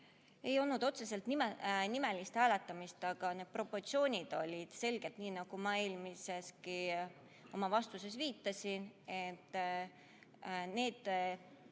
ei olnud otseselt nimelist hääletamist, aga need proportsioonid olid selgelt nii, nagu oma eelmises vastuses viitasin. Need